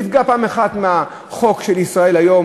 הוא נפגע פעם אחת מהחוק של "ישראל היום",